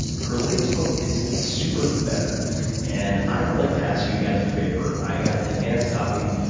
her latest book is superbetter. and i would like to ask you guys a favor. i got an advance copy.